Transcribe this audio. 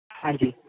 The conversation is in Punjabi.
ਹਾਂਜੀ